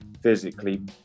physically